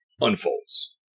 unfolds